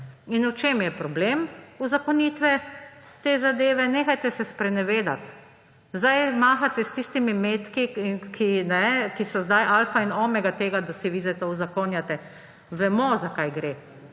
V čem je problem uzakonitve te zadeve? Nehajte se sprenevedati! Zdaj mahate s tistimi metki, ki so zdaj alfa in omega tega, da si vi zdaj to uzakonjate. Vemo, za kaj gre.